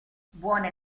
buone